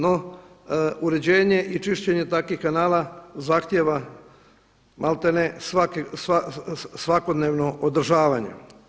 No, uređenje i čišćenje takvih kanala zahtijeva maltene svakodnevno održavanje.